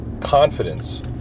confidence